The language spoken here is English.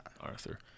Arthur